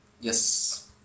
Yes